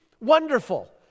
wonderful